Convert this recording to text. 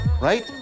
right